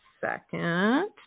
second